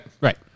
Right